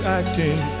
acting